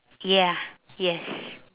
ya yes